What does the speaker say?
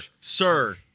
sir